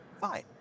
fine